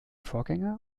vorgänger